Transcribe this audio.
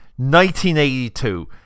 1982